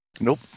Nope